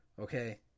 Okay